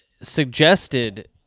suggested